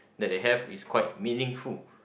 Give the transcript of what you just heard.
that they have is quite meaningful